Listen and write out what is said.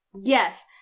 yes